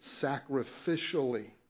sacrificially